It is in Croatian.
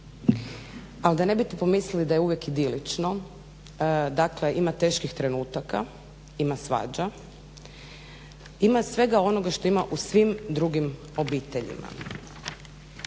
Ali da ne biste pomislili da je uvijek idilično. Dakle ima teških trenutaka, ima svađa, ima svega onoga što ima u svim drugim obiteljima.